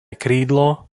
krídlo